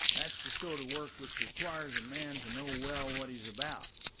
that's the sort of work which requires a man to know well what he's about.